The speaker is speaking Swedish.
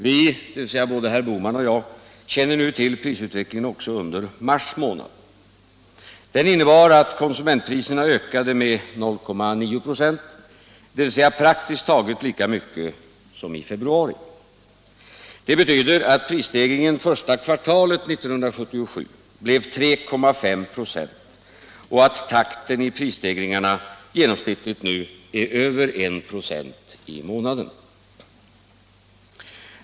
Vi — dvs. både herr Bohman och jag —- känner nu till prisutvecklingen också under mars månad. Den innebar att konsumentpriserna ökade med 0,9 96, dvs. praktiskt taget lika mycket som i februari. Det betyder att prisstegringen första kvartalet 1977 blev 3,5 96 och att takten i prisstegringarna genomsnittligt nu är över 1 96 i månaden.